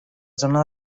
zona